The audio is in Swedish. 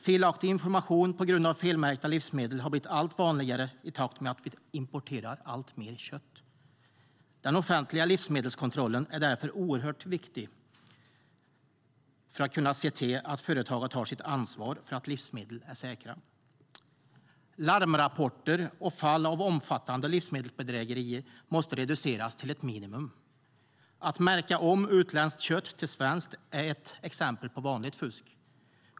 Felaktig information på grund av felmärkta livsmedel har blivit allt vanligare i takt med att vi importerar alltmer kött. Den offentliga livsmedelskontrollen är därför oerhört viktig för att kunna se till att företagen tar sitt ansvar för att livsmedel är säkra. Larmrapporter och fall av omfattande livsmedelsbedrägerier måste reduceras till ett minimum. Att märka om utländskt kött till svenskt är ett exempel på vanligt fusk.